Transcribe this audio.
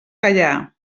gaià